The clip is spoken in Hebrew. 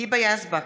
היבה יזבק,